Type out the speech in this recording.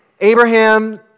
Abraham